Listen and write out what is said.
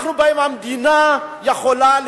המדינה יכולה להתערב.